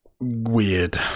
weird